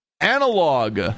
Analog